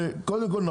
קודם כל,